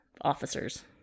officers